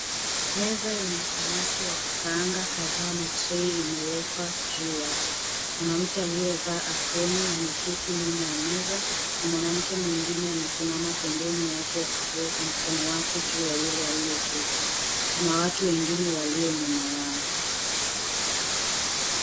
Meza yenye samaki wa kukuaanga kadhaa na tray imewekwa juu yake, mwanamke aliyevaa uproni ameketi nyuma ya meza na mwanamke mwengine ameketi pembeni wake akiweka mkono wake juu ya yule aliyeketi, kuna watu wengine walio nyuma yao.